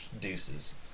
deuces